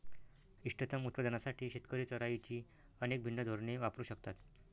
इष्टतम उत्पादनासाठी शेतकरी चराईची अनेक भिन्न धोरणे वापरू शकतात